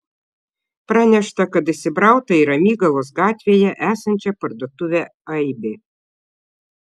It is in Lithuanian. pranešta kad įsibrauta į ramygalos gatvėje esančią parduotuvę aibė